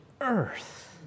earth